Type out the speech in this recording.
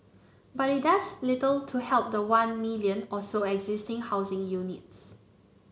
but it does little to help the one million or so existing housing units